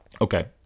Okay